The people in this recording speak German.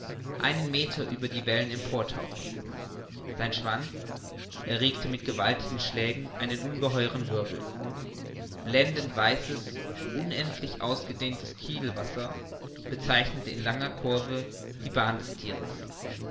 einen meter über die wellen emportauchen sein schwanz erregte mit gewaltigen schlägen einen ungeheuern wirbel blendend weißes unendlich ausgedehntes kielwasser bezeichnete in langer curve die bahn des thieres